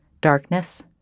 darkness